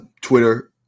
Twitter